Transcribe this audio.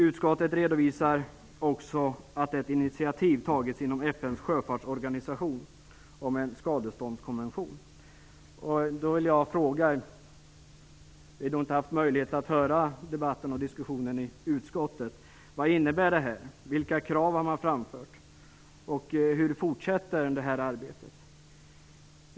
Utskottet redovisar också att ett initiativ har tagits inom FN:s sjöfartsorganisation om en skadeståndskonvention. Jag har inte haft möjlighet att höra diskussionen i utskottet, så jag vill då fråga: Vad innebär det? Vilka krav har man framfört, och hur fortsätter arbetet?